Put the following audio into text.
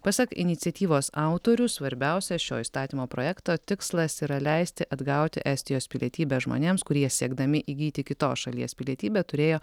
pasak iniciatyvos autorių svarbiausias šio įstatymo projekto tikslas yra leisti atgauti estijos pilietybę žmonėms kurie siekdami įgyti kitos šalies pilietybę turėjo